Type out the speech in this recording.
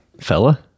Fella